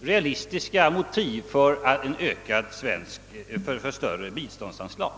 realistiska motiv för större biståndsanslag.